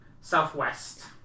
southwest